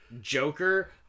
Joker